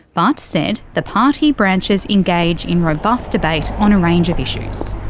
but said the party branches engage in robust debate on a range of issues.